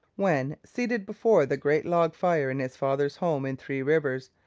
when, seated before the great log fire in his father's home in three rivers,